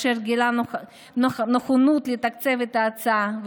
אשר גילה נכונות לתקצב את ההצעה,